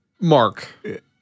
mark